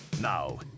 Now